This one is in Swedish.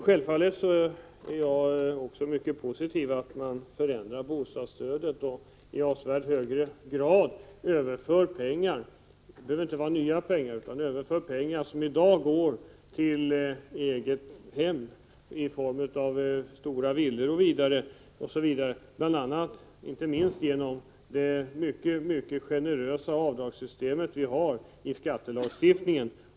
Självfallet ställer jag mig mycket positiv till förändringar av bostadsstödet som innebär att man i avsevärt högre grad än nu omfördelar medel — det behöver alltså inte handla om ”nya pengar” — som i dag går till dem som har stora villor, inte minst genom det mycket generösa avdragssystemet i skattelagstiftningen.